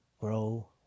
grow